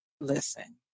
listen